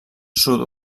sud